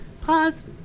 Pause